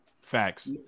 Facts